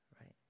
right